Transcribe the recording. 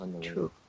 true